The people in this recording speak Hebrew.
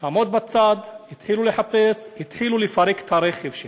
עמוד בצד, התחילו לחפש, התחילו לפרק את הרכב שלו.